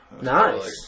Nice